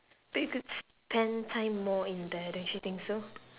but you could spend time more in there don't you think so